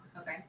Okay